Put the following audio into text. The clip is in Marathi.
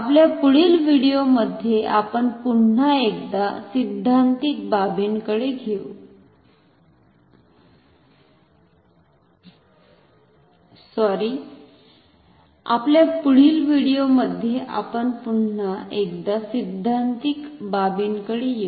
आपल्या पुढील व्हिडिओमध्ये आपण पुन्हा एकदा सिद्धांतिक बाबींकडे येऊ